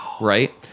Right